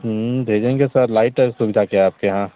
हूँ भेजेंगे sir light सुविधा क्या है आपके यहाँ